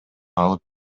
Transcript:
алып